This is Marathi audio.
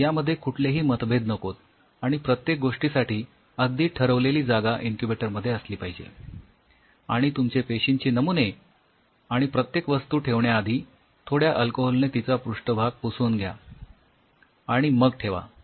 यामध्ये कुठलेही मतभेद नकोत आणि प्रत्येक गोष्टीसाठी अगदी ठरविलेली जागा इन्क्युबेटर मध्ये असली पाहिजे आणि तुमचे पेशींचे नमुने आणि प्रत्येक वस्तू ठेवण्याआधी थोड्या अल्कोहोल ने तिचा पृष्ठभाग पुसून घ्या आणि मग ठेवा